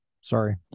Sorry